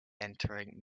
entering